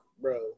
bro